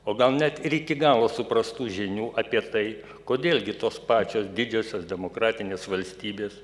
o gal net ir iki galo suprastų žinių apie tai kodėl gi tos pačios didžiosios demokratinės valstybės